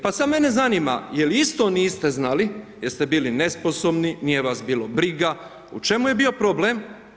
Pa sad mene zanima je li isto niste znali jer ste bili nesposobni, nije vas bilo briga u čemu je bio problem?